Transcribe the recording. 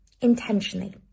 intentionally